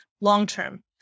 long-term